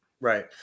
right